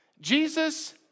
Jesus